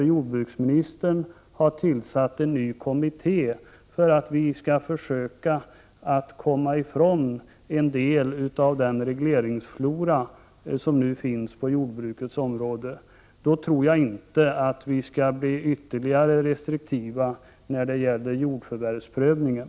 Jordbruksministern har också tillsatt en ny kommitté för att försöka komma ifrån en del av regleringsfloran på jordbrukets område. Därför tror jag inte på ytterligare restriktioner när det gäller jordförvärvsprövningen.